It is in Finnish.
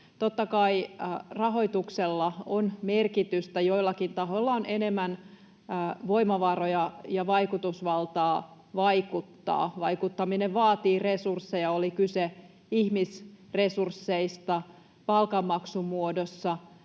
Totta kai rahoituksella on merkitystä; joillakin tahoilla on enemmän voimavaroja ja vaikutusvaltaa vaikuttaa. Vaikuttaminen vaatii resursseja, oli kyse ihmisresursseista palkanmaksun muodossa